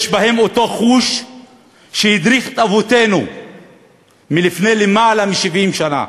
יש בהם אותו חוש שהדריך את אבותינו לפני למעלה מ-70 שנה,